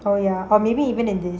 oh ya or maybe even in this